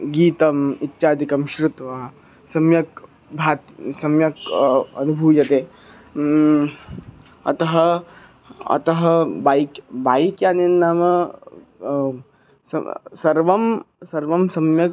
गीतम् इत्यादिकं श्रुत्वा सम्यक् भाति सम्यक् अनुभूयते अतः अतः बैक् बैक् याने नाम सम् सर्वं सर्वं सम्यक्